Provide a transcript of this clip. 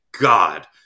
God